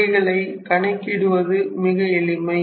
இவைகளை கணக்கிடுவது மிக எளிமை